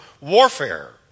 warfare